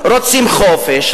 רוצים חופש,